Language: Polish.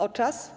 o czas?